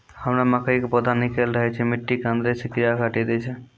हमरा मकई के पौधा निकैल रहल छै मिट्टी के अंदरे से कीड़ा काटी दै छै?